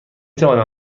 توانم